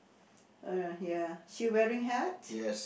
ah ya she wearing hat